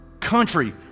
country